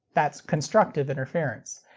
that's constructive interference.